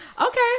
Okay